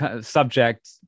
subject